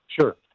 sure